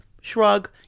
shrug